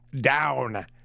down